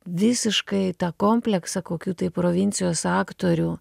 visiškai tą kompleksą kokių tai provincijos aktorių